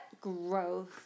growth